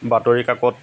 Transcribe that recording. বাতৰি কাকত